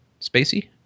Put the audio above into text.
Spacey